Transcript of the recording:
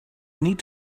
need